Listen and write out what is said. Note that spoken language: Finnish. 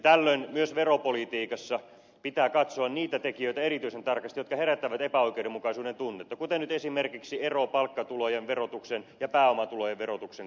tällöin myös veropolitiikassa pitää katsoa erityisen tarkasti niitä tekijöitä jotka herättävät epäoikeudenmukaisuuden tunnetta kuten nyt esimerkiksi ero palkkatulojen verotuksen ja pääomatulojen verotuksen kohdalla